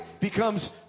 becomes